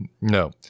No